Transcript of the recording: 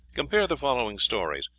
compare the following stories,